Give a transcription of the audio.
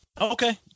Okay